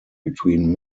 between